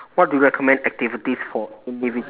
what do you recommend activities for individ~